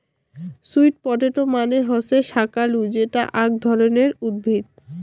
sweet potato মানে হসে শাকালু যেটা আক ধরণের উদ্ভিদ